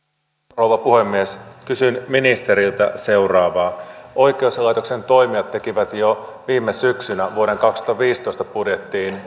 rouva puhemies kysyn ministeriltä seuraavaa oikeuslaitoksen toimijat tekivät jo viime syksynä vuoden kaksituhattaviisitoista budjettiin